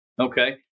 Okay